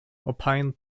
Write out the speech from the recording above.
opined